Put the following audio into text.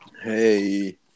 Hey